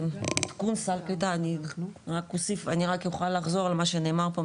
עדכון סל קליטה אני רק אוכל לחזור על מה שנאמר פה.